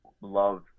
love